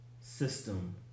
system